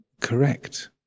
correct